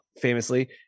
famously